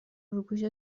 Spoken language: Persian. روپوش